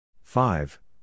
five